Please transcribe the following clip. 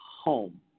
home